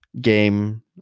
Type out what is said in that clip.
game